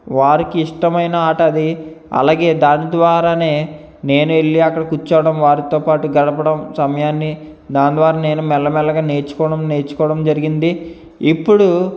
వారికి ఇష్టమైన ఆట అది అలాగే దాని ద్వారానే నేను వెళ్ళి అక్కడ కూర్చోవడం వారితో పాటు గడపటం సమయాన్ని దాని ద్వారా నేను మెల్లమెల్లగా నేర్చుకోవడం నేర్చుకోవడం జరిగింది ఇప్పుడు